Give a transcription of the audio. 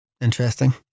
Interesting